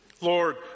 Lord